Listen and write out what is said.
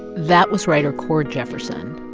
that was writer cord jefferson.